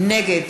נגד